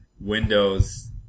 Windows